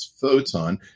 photon